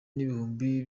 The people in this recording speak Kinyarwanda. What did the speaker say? n’ibihumbi